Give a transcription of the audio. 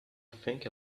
think